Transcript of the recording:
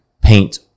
paint